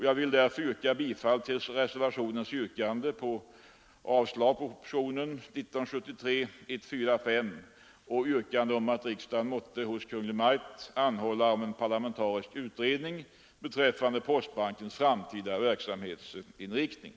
Jag vill därför hemställa om bifall till yrkandena i reservationen 1 om avslag på propositionen 145 och om att riksdagen måtte hos Kungl. Maj:t anhålla om en parlamentarisk utredning beträffande postbankens framtida verksamhetsinriktning.